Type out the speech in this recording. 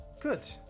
Good